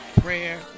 prayer